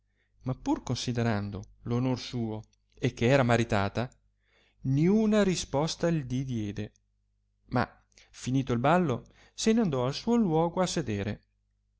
ma pur considerando onor suo e che era maritata niuna risposta li diede ma finito il ballo se ne andò al suo luogo a sedere